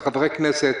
כחברי כנסת,